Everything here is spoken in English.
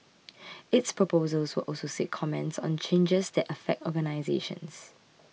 its proposals will also seek comments on changes that affect organisations